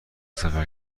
سفر